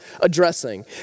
addressing